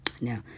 Now